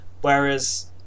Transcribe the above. Whereas